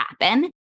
happen